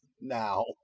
now